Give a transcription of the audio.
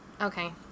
Okay